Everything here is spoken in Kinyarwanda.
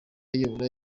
ayobora